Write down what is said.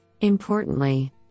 Importantly